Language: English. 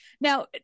Now